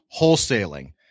wholesaling